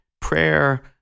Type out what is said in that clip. prayer